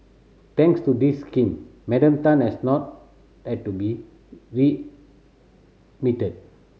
thanks to this scheme Madam Tan has not had to be